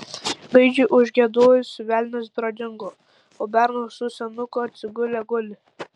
gaidžiui užgiedojus velnias pradingo o bernas su senuku atsigulę guli